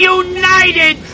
united